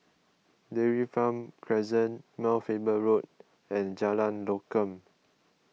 Dairy Farm Crescent Mount Faber Road and Jalan Lokam